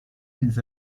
qu’ils